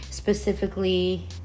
specifically